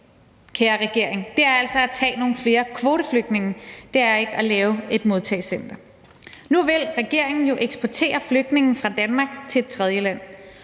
er altså at tage nogle flere kvoteflygtninge – det er ikke at lave et modtagecenter. Nu vil regeringen jo eksportere flygtninge fra Danmark til et tredjeland.